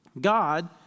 God